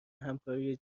همکاری